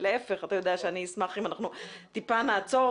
אם מישהו בבידוד והוא לא יכול להופיע,